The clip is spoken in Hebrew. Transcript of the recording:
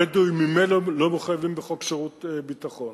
הבדואים ממילא לא מחויבים בחוק שירות ביטחון